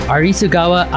Arisugawa